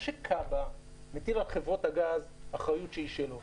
שכב"א מטיל על חברות הגז אחריות שהיא שלו